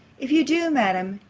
if you do, madam,